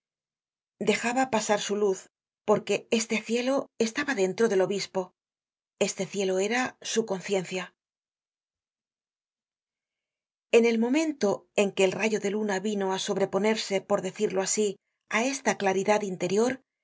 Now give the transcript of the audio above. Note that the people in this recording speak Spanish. dejaba pasar su luz porque este cielo estaba dentro del obispo este cielo era su conciencia en el momento en que el rayo de luna vino á sobreponerse por decirlo asi á esta claridad interior